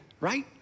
right